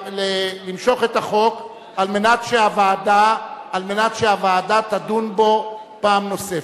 למשוך את החוק על מנת שהוועדה תדון בו פעם נוספת.